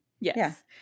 Yes